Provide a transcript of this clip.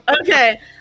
Okay